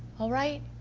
alright?